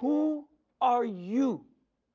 who are you